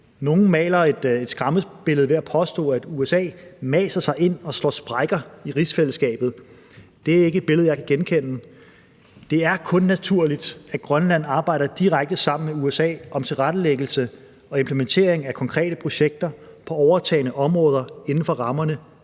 Nogle maler et skræmmebillede ved at påstå, at USA maser sig ind og slår sprækker i rigsfællesskabet. Det er ikke et billede, jeg kan genkende. Det er kun naturligt, at Grønland arbejder direkte sammen med USA om tilrettelæggelse og implementering af konkrete projekter på overtagne områder inden for rammerne